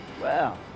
Wow